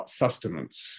sustenance